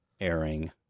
airing